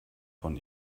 von